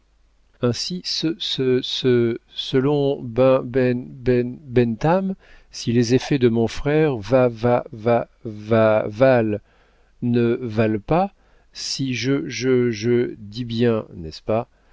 se selon ben ben ben bentham si les effets de mon frère va va va va valent ne valent pas si je je je dis bien n'est-ce pas